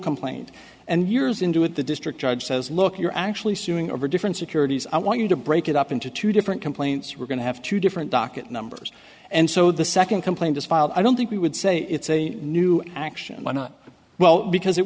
complaint and years into it the district judge says look you're actually suing over different securities i want you to break it up into two different complaints we're going to have two different docket numbers and so the second complaint is filed i don't think we would say it's a new action well because it